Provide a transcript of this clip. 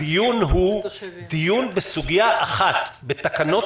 הדיון הוא דיון בסוגיה אחת: בתקנות